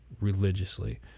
religiously